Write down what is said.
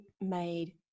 made